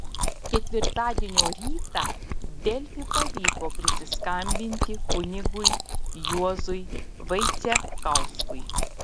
ketvirtadienio rytą delfi pavyko prisiskambinti kunigui juozui vaicekauskui